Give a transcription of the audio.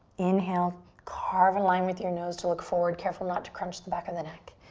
inhale, carve a line with your nose to look forward. careful not to crunch the back of the neck.